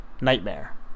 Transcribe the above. nightmare